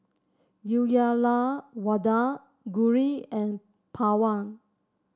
Uyyalawada Gauri and Pawan